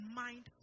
mind